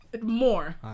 More